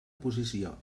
posició